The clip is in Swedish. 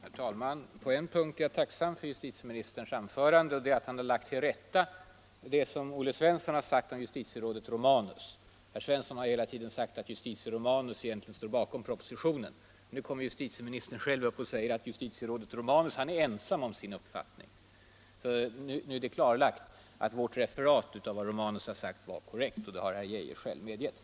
Herr talman! På en punkt är jag tacksam för justitieministerns anförande. Han har lagt till rätta det som Olle Svensson har sagt om justitierådet Romanus. Herr Svensson har hela tiden felaktigt påstått att justitierådet Romanus egentligen står bakom propositionen. Nu säger justitieministern själv att justitierådet Romanus är ensam om sin uppfattning. Det är alltså klarlagt att vårt referat av vad justitierådet Romanus har sagt var korrekt. Detta har justitieminister Geijer själv medgett.